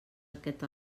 aquest